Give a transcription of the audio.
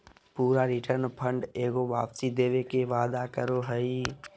पूरा return fund एगो वापसी देवे के वादा करो हइ